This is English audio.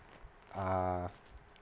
ah